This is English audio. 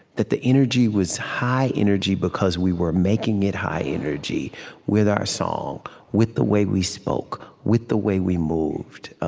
that the energy was high energy because we were making it high energy with our song, with the way we spoke, with the way we moved.